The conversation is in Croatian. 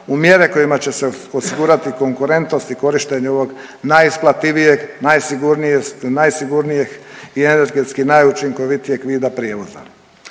u mjere kojima će se osigurati konkurentnosti i korištenje ovog najisplativijeg, najsigurnijeg i energetski najučinkovitijeg vida prijevoza.